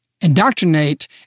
indoctrinate